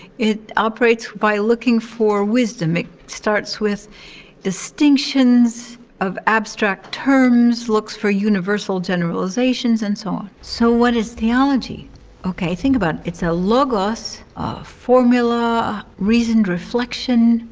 it operates by looking for wisdom. it starts with distinctions of abstract terms, looks for universal generalizations, and so on. so, what is theology okay, think about it. it's a logos of formula, reason, reflection,